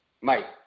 mike